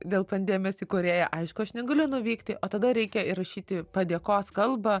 dėl pandemijos į korėją aišku aš negaliu nuvykti o tada reikia įrašyti padėkos kalbą